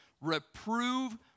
Reprove